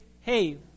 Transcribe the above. hey